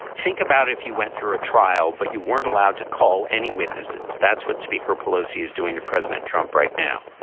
think about it if you went through a trial but you weren't allowed to call any witnesses. that's what speaker pelosi is doing to president trump right now.